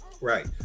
right